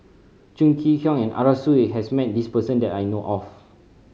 Chong Kee Hiong and Arasu has met this person that I know of